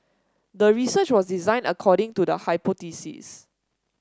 the research was designed according to the hypothesis